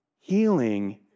Healing